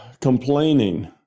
complaining